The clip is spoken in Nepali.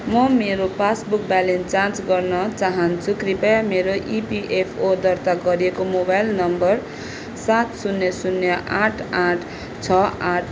म मेरो पास बुक ब्यालेन्स जाँच गर्न चाहन्छु कृपया मेरो इपिएफओ दर्ता गरिएको मोबाइल नम्बर सात शून्य शून्य आठ आठ छ आठ